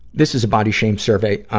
this is a body shame survey, ah,